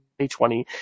2020